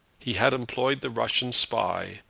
he had employed the russian spy,